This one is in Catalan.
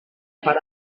per